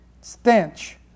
stench